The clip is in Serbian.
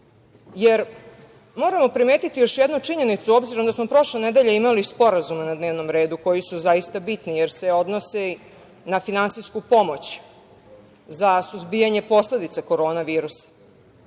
jer moram primetiti još jednu činjenicu, obzirom da smo prošle nedelje imali sporazume na dnevnom redu, koji su bitni jer se odnose na finansijsku pomoć za suzbijanje posledica korona virusa.